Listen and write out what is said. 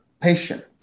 patient